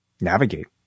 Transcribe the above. navigate